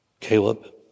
Caleb